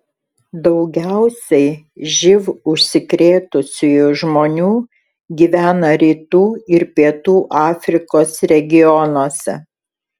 daugiausiai živ užsikrėtusiųjų žmonių gyvena rytų ir pietų afrikos regionuose